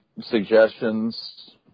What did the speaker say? suggestions